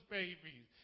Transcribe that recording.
babies